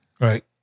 Right